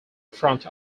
front